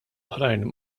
oħrajn